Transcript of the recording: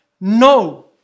No